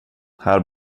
här